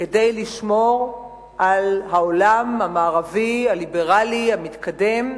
כדי לשמור על העולם המערבי, הליברלי המתקדם,